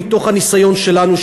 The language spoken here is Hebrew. מתוך הניסיון שלנו,